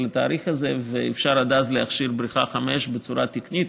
לתאריך הזה ואפשר עד אז להכשיר את בריכה 5 בצורה תקנית,